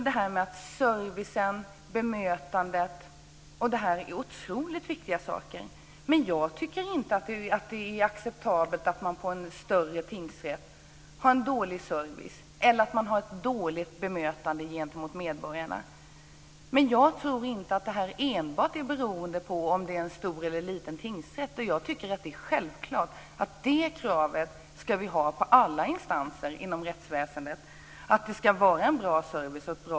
Det här med servicen och bemötandet är otroligt viktiga saker, men jag tycker inte att det är acceptabelt att man på en större tingsrätt har en sämre service eller ett sämre bemötande gentemot medborgarna. Men detta är nog inte enbart beroende av om det rör sig om en stor eller liten tingsrätt. Det är självklart att vi ska ha det kravet på alla instanser inom rättsväsendet.